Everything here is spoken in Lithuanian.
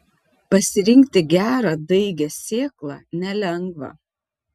pasirinkti gerą daigią sėklą nelengva